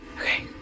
Okay